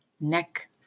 neck